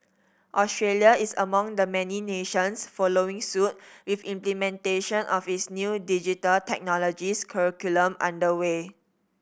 Australia is among the many nations following suit with implementation of its new Digital Technologies curriculum under way